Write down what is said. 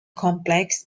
complex